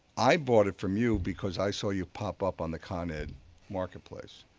i bought it from you because i saw you pop up on the con ed marketplace.